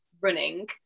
running